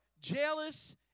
jealous